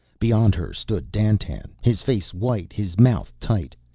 beyond her stood dandtan, his face white, his mouth tight.